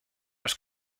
los